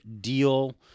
deal